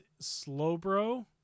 Slowbro